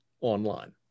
online